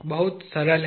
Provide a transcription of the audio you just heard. बहुत सरल है